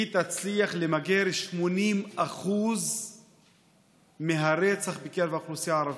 היא תצליח למגר 80% מהרצח בקרב האוכלוסייה הערבית,